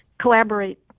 collaborate